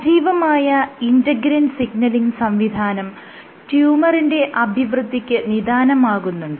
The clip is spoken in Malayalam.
സജ്ജീവമായ ഇന്റെഗ്രിൻ സിഗ്നലിങ് സംവിധാനം ട്യൂമറിന്റെ അഭിവൃദ്ധിക്ക് നിദാനമാകുന്നുണ്ട്